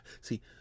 see